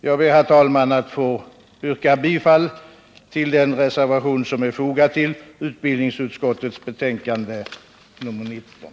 Jag ber, herr talman, att få yrka bifall till den reservation som är fogad till utbildningsutskottets betänkande nr 19.